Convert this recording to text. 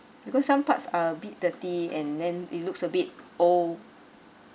because some parts are a bit dirty and then it looks a bit old